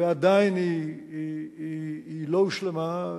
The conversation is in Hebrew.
ועדיין היא לא הושלמה.